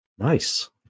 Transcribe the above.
Nice